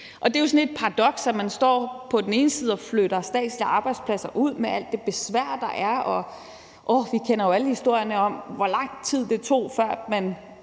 sådan et paradoks, at man så flytter statslige arbejdspladser ud med alt det besvær, der er. Vi kender jo alle historierne om, hvor lang tid det tog, før man,